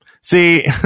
See